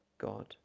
God